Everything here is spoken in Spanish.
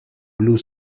blue